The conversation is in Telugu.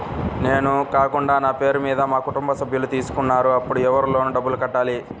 నేను కాకుండా నా పేరు మీద మా కుటుంబ సభ్యులు తీసుకున్నారు అప్పుడు ఎవరు లోన్ డబ్బులు కట్టాలి?